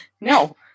No